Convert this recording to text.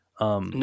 No